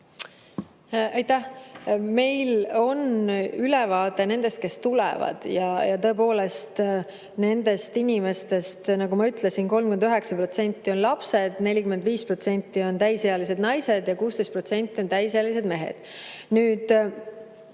Aitäh! Meil on ülevaade nendest, kes tulevad, ja tõepoolest, nendest inimestest, nagu ma ütlesin, 39% on lapsed, 45% on täisealised naised ja 16% on täisealised mehed. Need